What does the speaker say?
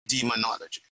demonology